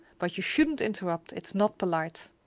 but you shouldn't interrupt it's not polite.